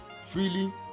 freely